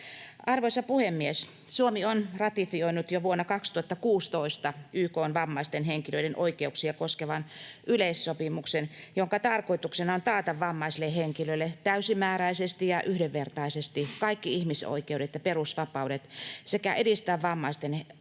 Arvoisa puhemies! Suomi on ratifioinut jo vuonna 2016 YK:n vammaisten henkilöiden oikeuksia koskevan yleissopimuksen, jonka tarkoituksena on taata vammaisille henkilöille täysimääräisesti ja yhdenvertaisesti kaikki ihmisoikeudet ja perusvapaudet sekä edistää vammaisten henkilöiden